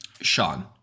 Sean